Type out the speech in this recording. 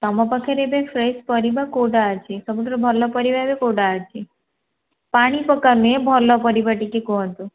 ତମ ପାଖରେ ଏବେ ଫ୍ରେଶ୍ ପରିବା କେଉଁଟା ଅଛି ସବୁଠାରୁ ଭଲ ପରିବା ଏବେ କେଉଁଟା ଅଛି ପାଣି ପକା ନୁହେଁ ଭଲ ପରିବା ଟିକେ କୁହନ୍ତୁ